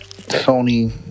Sony